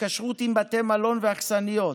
התקשרות עם בתי מלון ואכסניות,